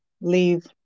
leave